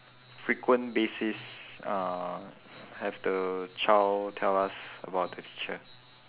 frequent basis uh have the child tell us about the teacher